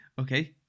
Okay